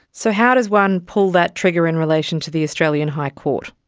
so how does one pull that trigger in relation to the australian high court?